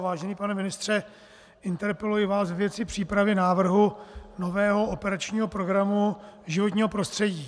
Vážený pane ministře, interpeluji vás ve věci přípravy návrhu nového operačního programu Životního prostředí.